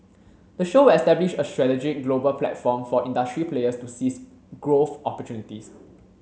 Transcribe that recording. the show will establish a strategic global platform for industry players to seize growth opportunities